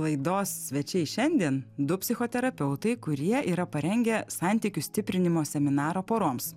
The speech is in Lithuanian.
laidos svečiai šiandien du psichoterapeutai kurie yra parengę santykių stiprinimo seminarą poroms